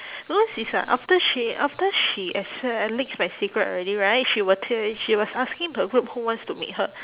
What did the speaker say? because it's like after she after she leaks my secret already right she will ta~ she was asking the group who wants to meet her